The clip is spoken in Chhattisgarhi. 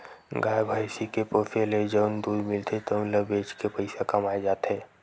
गाय, भइसी के पोसे ले जउन दूद मिलथे तउन ल बेच के पइसा कमाए जाथे